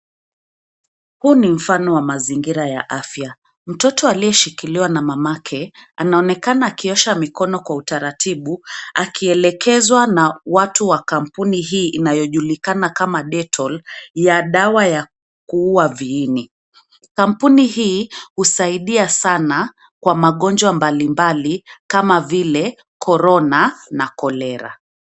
Huu ni mfano wa mazingira ya afya. Mtoto aliyeshikiliwa na mamake, anaonekana akiosha mikono kwa utaratibu, akielekezwa na watu wa kampuni hii inayojulikana kama 'Detol' ,ya dawa ya kuua viini. Kampuni hii husaidia sana kwa magonjwa mbalimbali kama vile 'Corona' na' Cholera'.